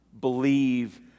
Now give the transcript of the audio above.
believe